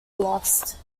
lost